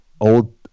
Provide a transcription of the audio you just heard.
old